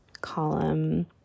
column